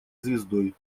звездой